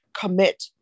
commit